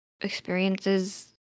experiences